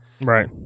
Right